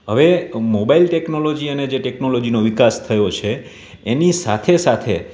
હવે mobile technology અને જે ટેકનોલોજીનો વિકાસ થયો છે એની સાથે સાથે